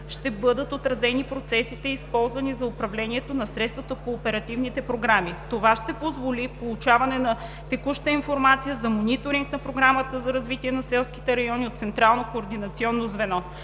ще бъдат отразени процесите, използвани за управление на средствата по оперативните програми. Това ще позволи получаване на текуща информация за мониторинг на Програмата за развитие на селските райони от Централно координационно звено.